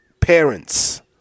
parents